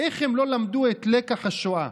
איך הם לא למדו את לקח השואה?